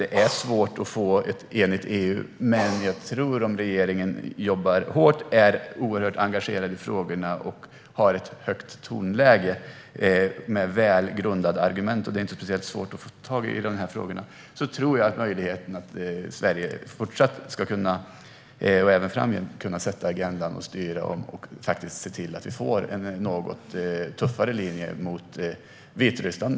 Det är svårt att få ett enigt EU. Men om regeringen jobbar hårt, är oerhört engagerad i frågorna och har ett högt tonläge med välgrundade argument - och det är inte speciellt svårt att hitta i de här frågorna - tror jag att det är möjligt för Sverige att även framgent sätta agendan, styra om och se till att vi får en något tuffare linje mot Vitryssland.